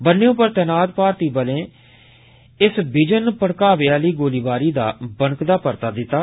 ब'न्ने उप्पर तैनात भारतीय बलें इस बिजन उकसावे आली गोलीबारी दा बनकदा परता दित्ता